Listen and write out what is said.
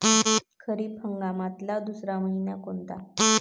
खरीप हंगामातला दुसरा मइना कोनता?